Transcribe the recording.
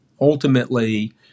Ultimately